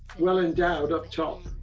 well endo youd up top.